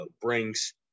brings